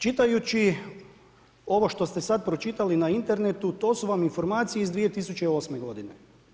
Čitajući ovo što ste sad pročitali na internetu to su vam informacije iz 2008. godine.